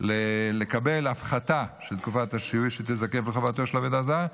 לקבל הפחתה של תקופת השיהוי שתיזקף לחובתו של העובד הזר,